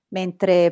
mentre